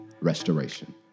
restoration